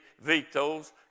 vetoes